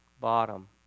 bottom